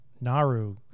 Naru